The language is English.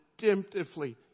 redemptively